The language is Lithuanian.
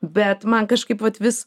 bet man kažkaip vat vis